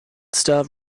stuff